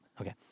Okay